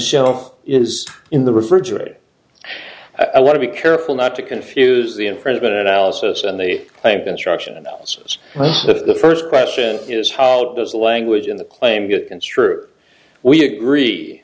self is in the refrigerator i want to be careful not to confuse the infringement analysis and they think instruction analysis but the first question is how does the language in the claim get construed we agree